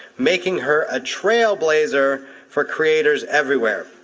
making her a trailblazer for creators everywhere,